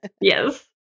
Yes